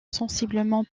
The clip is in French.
sensiblement